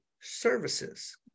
services